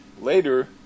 Later